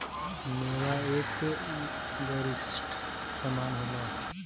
मेवा एक गरिश्ट समान होला